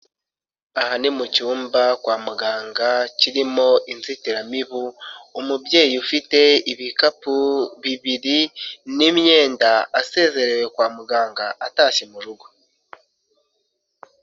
Aha ni mu cyumba kwa muganga, kirimo inzitiramibu, umubyeyi ufite ibikapu bibiri n'imyenda, asezerewe kwa muganga, atashye mu rugo.